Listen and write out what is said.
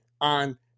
on